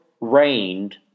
rained